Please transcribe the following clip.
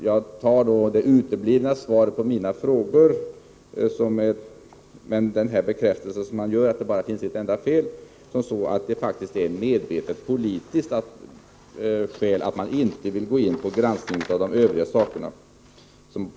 Jag tolkar de uteblivna svaren på mina frågor och Oskar Lindkvists bekräftelse av att det bara finns ett enda fel så, att det faktiskt är av politiska skäl som socialdemokraterna inte vill göra en granskning av de övriga påpekandena.